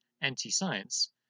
anti-science